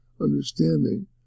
understanding